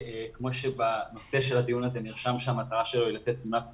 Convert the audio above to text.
כמו שבנושא של הדיון הזה נרשם שהמטרה שלו היא לתת תמונת מצב,